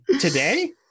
Today